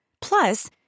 Plus